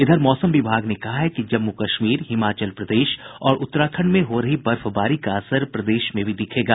इधर मौसम विभाग ने कहा है कि जम्मू कश्मीर हिमाचल प्रदेश और उत्तराखंड में हो रही बर्फबारी का असर प्रदेश में भी दिखेगा